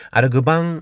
आरो गोबां